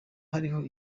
hariho